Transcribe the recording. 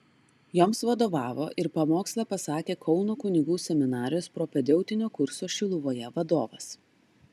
joms vadovavo ir pamokslą pasakė kauno kunigų seminarijos propedeutinio kurso šiluvoje vadovas